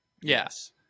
Yes